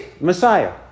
Messiah